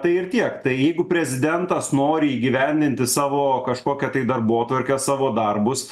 tai ir tiek tai jeigu prezidentas nori įgyvendinti savo kažkokią tai darbotvarkę savo darbus